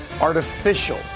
artificial